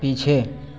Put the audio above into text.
पीछे